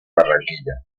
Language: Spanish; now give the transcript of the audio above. barranquilla